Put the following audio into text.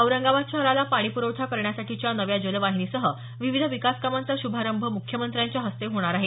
औरंगाबाद शहराला पाणीपुरवठा करण्यासाठीच्या नव्या जलवाहिनीसह विविध विकास कामाचा श्भारंभ मुख्यमंत्र्यांच्या हस्ते होणार आहे